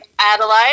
Adelaide